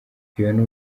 phionah